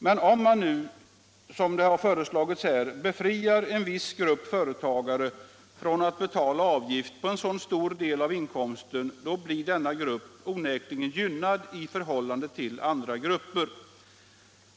Men om man nu som här har föreslagits befriar en viss grupp företagare från att betala avgift på en så stor del av inkomsten, då blir denna grupp onekligen gynnad i förhållande till andra grupper.